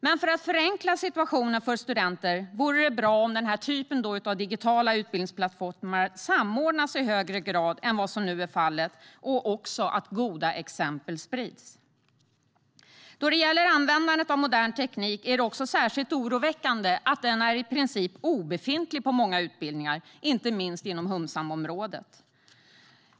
Men för att förenkla situationen för studenter vore det bra om den här typen av digitala utbildningsplattformar samordnas i högre grad än vad som nu är fallet och också att goda exempel sprids. Då det gäller användandet av modern teknik är det särskilt oroväckande att den i princip är obefintlig på många utbildningar, inte minst inom humsamområdet.